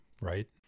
right